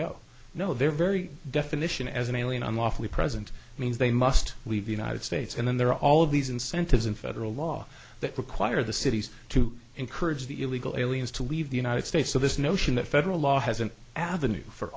go no they're very definition as an alien unlawfully present means they must leave the united states and then there are all these incentives in federal law that require the cities to encourage the illegal aliens to leave the united states so this notion that federal law has an avenue for